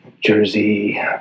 jersey